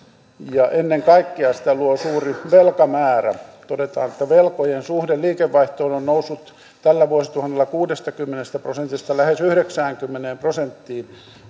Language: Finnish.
ennen kaikkea sitä luo suuri velkamäärä todetaan että velkojen suhde liikevaihtoon on on noussut tällä vuosituhannella kuudestakymmenestä prosentista lähes yhdeksäänkymmeneen prosenttiin